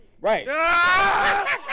Right